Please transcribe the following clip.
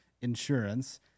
insurance